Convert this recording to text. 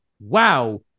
wow